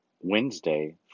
Wednesday